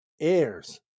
heirs